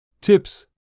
Tips